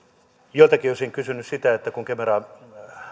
joiltakin osin kysynyt kun kemera